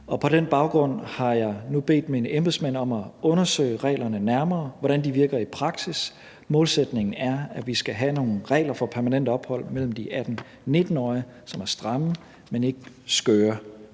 På den baggrund har jeg nu bedt mine embedsmænd om at undersøge reglerne nærmere – hvordan de virker i praksis. Målsætningen er, at vi skal have nogle regler for permanent ophold for de 18-19-årige, som er stramme, men ikke skøre.